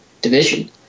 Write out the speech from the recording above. division